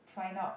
find out